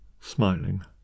smiling